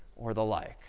or the like?